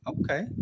okay